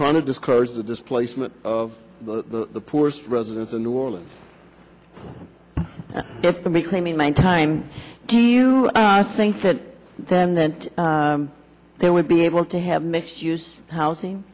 trying to discourage the displacement of the poorest residents in new orleans if to be claiming one time do you think that then that they would be able to have misused housing